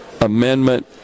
amendment